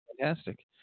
fantastic